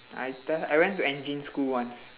ITAS I went to engine school once